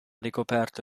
ricoperto